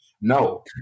No